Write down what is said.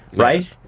right?